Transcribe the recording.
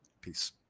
Peace